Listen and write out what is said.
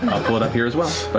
i'll pull it up here as well.